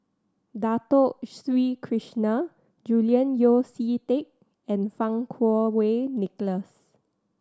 Dato Sri Krishna Julian Yeo See Teck and Fang Kuo Wei Nicholas